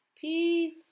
Peace